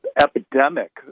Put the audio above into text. epidemic